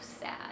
sad